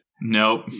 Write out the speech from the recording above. Nope